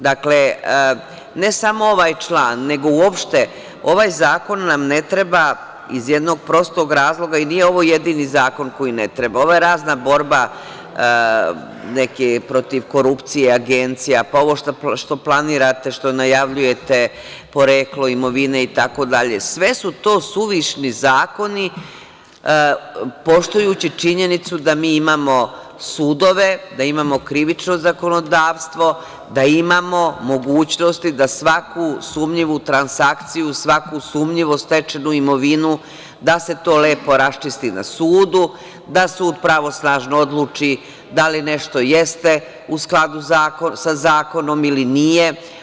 Dakle, ne samo ovaj član, nego uopšte, ovaj zakon nam ne treba, iz jednog prostog razloga, i nije ovo jedini zakon koji ne treba, ovo razna borba protiv korupcije, agencija, pa ovo što planirate i najavljujete poreklo imovine, itd, sve su to suvišni zakoni, poštujući činjenicu da mi imamo sudove, da imamo krivično zakonodavstvo, da imamo mogućnosti da svaku sumnjivu transakciju, svaku sumnjivo stečenu imovinu, da se to lepo raščisti na sudu, da sud pravosnažno odluči da li nešto jeste u skladu sa zakonom ili nije.